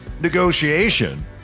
negotiation